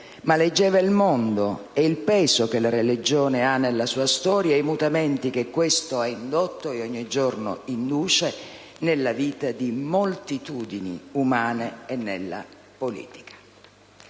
ma leggeva il mondo e il peso che la religione ha nella sua storia e i mutamenti che questo ha indotto e ogni giorno induce nella vita di moltitudini umane e nella politica.